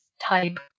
type